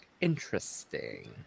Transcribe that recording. interesting